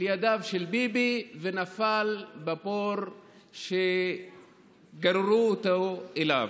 לידיו של ביבי ונפל לבור שגררו אותו אליו.